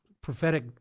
prophetic